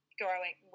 growing